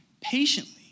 patiently